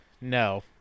No